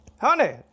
Honey